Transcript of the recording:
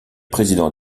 président